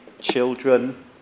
children